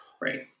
right